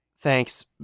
Thanks